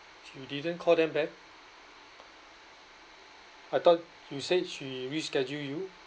you didn't call them back I thought you said she rescheduled you